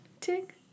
tick